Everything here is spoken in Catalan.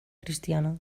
cristiana